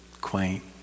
quaint